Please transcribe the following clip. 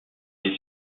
des